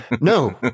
No